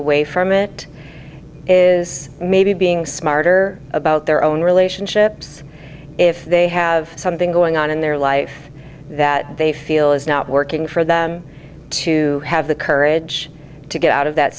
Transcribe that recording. away from it is maybe being smarter about their own relationships if they have something going on in their life that they feel is not working for them to have the courage to get out of that